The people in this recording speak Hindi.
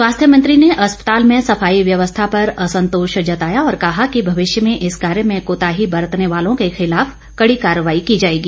स्वास्थ्य मंत्री ने अस्पताल में सफाई व्यवस्था पर असंतोष जताया और कहा कि भविष्य में इस कार्य में कोताही बरतने वालों के खिलाफ कड़ी कार्रवाई की जाएगी